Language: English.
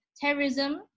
terrorism